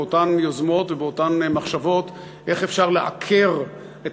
באותן יוזמות ואותן מחשבות איך אפשר לעקר את